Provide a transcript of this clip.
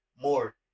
more